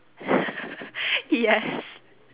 yes